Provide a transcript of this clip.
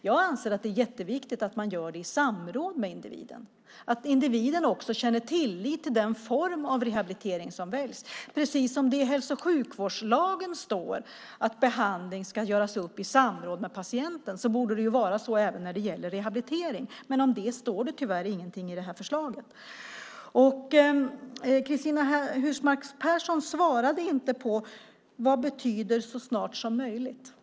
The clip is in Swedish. Jag anser att det är jätteviktigt att man gör det i samråd med individen och att individen också känner tillit till den form av rehabilitering som väljs. Det är precis det som står i hälso och sjukvårdslagen om att behandling ska göras upp i samråd med patienten. Det borde vara så även när det gäller rehabilitering. Men om det står det tyvärr ingenting i förslaget. Cristina Husmark Pehrsson svarade inte på vad "så snart som möjligt" betyder.